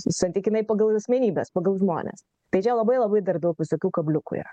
santykinai pagal asmenybes pagal žmones tai čia labai labai dar daug visokių kabliukų yra